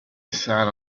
sat